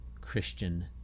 Christian